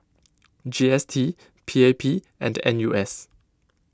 G S T P A P and N U S